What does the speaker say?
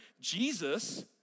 Jesus